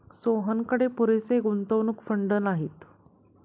सोहनकडे पुरेसे गुंतवणूक फंड नाहीत